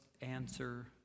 answer